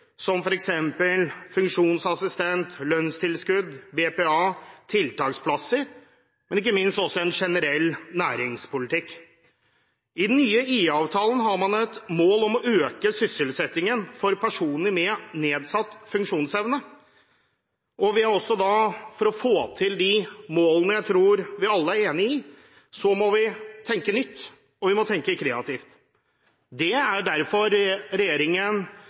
som f.eks. funksjonsassistent, lønnstilskudd, BPA, tiltaksplasser, og ikke minst en generell næringspolitikk. I den nye IA-avtalen har man et mål om å øke sysselsettingen for personer med nedsatt funksjonsevne. For å få til de målene jeg tror vi alle er enige om, må vi tenke nytt, og vi må tenke kreativt. Det er derfor regjeringen